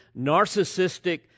narcissistic